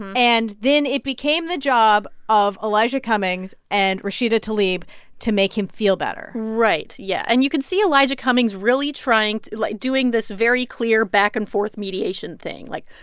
and then it became the job of elijah cummings and rashida tlaib to make him feel better right, yeah and you can see elijah cummings really trying like, doing this very clear back-and-forth mediation thing. like,